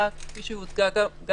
אחרי שבוע-שבועיים אמרו: בסדר.